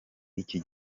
iki